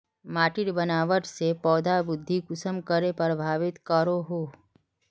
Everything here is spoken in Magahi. माटिर बनावट से पौधा वृद्धि कुसम करे प्रभावित करो हो?